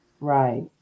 right